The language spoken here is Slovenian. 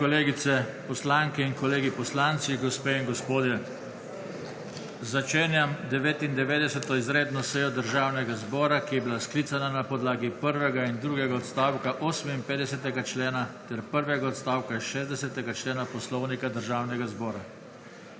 kolegice poslanke in kolegi poslanci, gospe in gospodje! Začenjam 99. izredno sejo Državnega zbora, ki je bila sklicana na podlagi prvega in drugega odstavka 58. člena ter prvega odstavka 60. člena Poslovnika Državnega zbora.